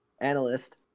analyst